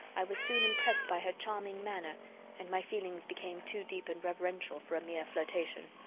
i was soon impressed by her charming manner and my feelings became too deep and reverential for a mere flirtation.